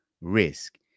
risk